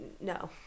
No